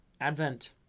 Advent